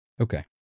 Okay